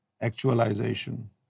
actualization